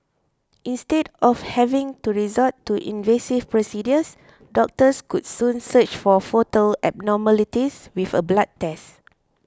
instead of having to resort to invasive procedures doctors could soon search for foetal abnormalities with a black test